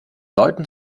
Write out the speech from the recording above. leuten